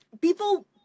people